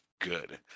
good